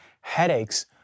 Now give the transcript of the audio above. headaches